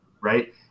right